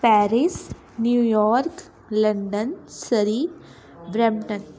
Paris New York London Surrey Brampton